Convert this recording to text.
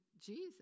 Jesus